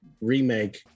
remake